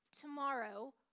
tomorrow